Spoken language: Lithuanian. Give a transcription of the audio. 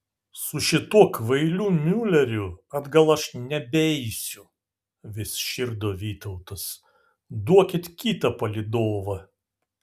su šituo kvailiu miuleriu atgal aš nebeisiu vis širdo vytautas duokit kitą palydovą